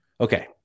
Okay